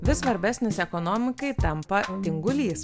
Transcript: vis svarbesnis ekonomikai tampa tingulys